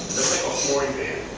a horn band,